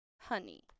honey